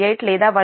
48 లేదా 1